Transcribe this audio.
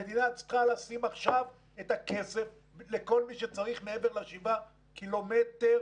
המדינה צריכה לשים עכשיו את הכסף לכל מי שצריך מעבר לשבעה קילומטר